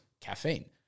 caffeine